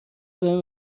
بهم